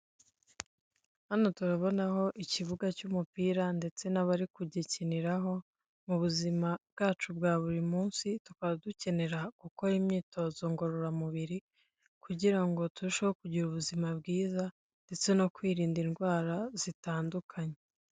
Hano turabonaho ikibuga cy'umupira ndetse n'abari kugikiniraho, mu buzima bwacu bwa buri munsi tukaba dukenera gukora imyitozo ngororamubiri, kugira ngo turusheho kugira ubuzima bwiza ndetse no kwirinda indwara zitandukanye.